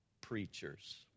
preachers